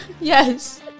Yes